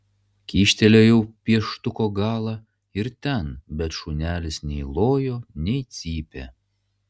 kyštelėjau pieštuko galą ir ten bet šunelis nei lojo nei cypė